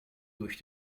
durch